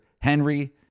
Henry